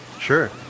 Sure